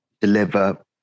deliver